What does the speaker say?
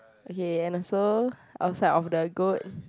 okay and so outside of the goat